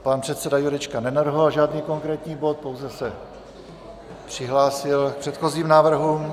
Pan předseda Jurečka nenavrhoval žádný konkrétní bod, pouze se přihlásil k předchozím návrhům.